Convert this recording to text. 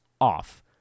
off